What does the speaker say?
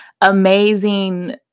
amazing